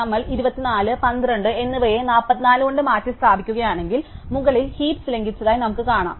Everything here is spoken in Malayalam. നമ്മൾ 24 12 എന്നിവയെ 44 കൊണ്ട് മാറ്റിസ്ഥാപിക്കുകയാണെങ്കിൽ മുകളിൽ ഹീപ്സ് ലംഘിച്ചതായി നമുക്ക് കാണാം